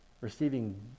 receiving